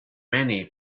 many